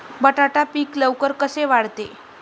बटाटा पीक लवकर कसे वाढते?